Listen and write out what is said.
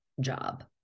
job